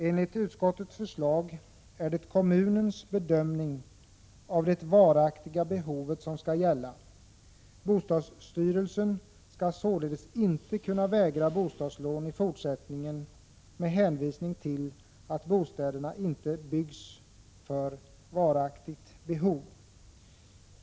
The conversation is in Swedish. Enligt utskottets förslag är det kommunens bedömning av det varaktiga behovet som skall gälla. Bostadsstyrelsen skall således inte kunna vägra bostadslån i fortsättningen med hänvisning till att bostäderna inte byggs för varaktigt behov.